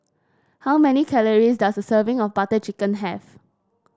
how many calories does a serving of Butter Chicken have